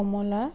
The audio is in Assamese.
কমলা